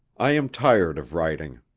i am tired of writing.